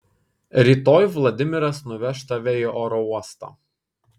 rytoj vladimiras nuveš tave į oro uostą